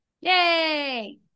Yay